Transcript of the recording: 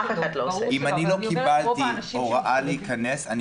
אם אני לא קיבלתי הוראה להיכנס לבידוד,